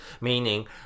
meaning